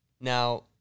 now